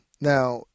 Now